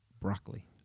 broccoli